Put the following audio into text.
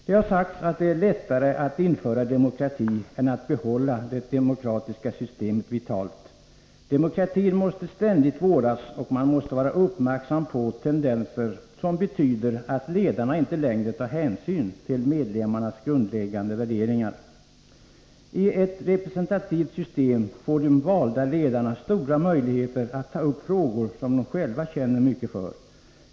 Det har sagts att det är lättare att införa demokrati än att behålla det demokratiska systemet vitalt. Demokratin måste ständigt vårdas, och man måste vara uppmärksam på tendenser som betyder att ledarna inte längre tar hänsyn till medlemmarnas grundläggande värderingar. I ett representativt system får de valda ledarna stora möjligheter att ta upp frågor som de själva känner mycket för.